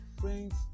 friends